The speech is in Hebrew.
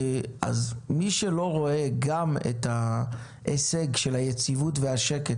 אז מי שלא רואה גם את ההישג של היציבות והשקט